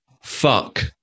Fuck